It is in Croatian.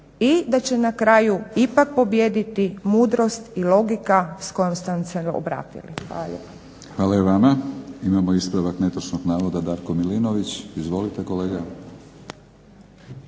i da će na kraju ipak pobijediti mudrost i logika s kojom ste nam se obratili. Hvala lijepo. **Batinić, Milorad (HNS)** Hvala i vama. Imamo ispravak netočnog navoda, Darko Milinović. Izvolite kolega.